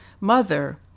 mother